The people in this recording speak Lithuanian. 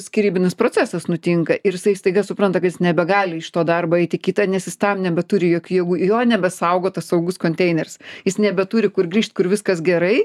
skyrybinis procesas nutinka ir jisai staiga supranta kad jis nebegali iš to darbo eiti į kitą nes jis tam nebeturi juk jėgų jo nebesaugo tas saugus konteineris jis nebeturi kur grįžt kur viskas gerai